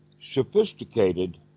sophisticated